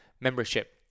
membership